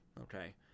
okay